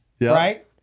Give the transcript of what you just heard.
right